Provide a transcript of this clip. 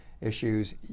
issues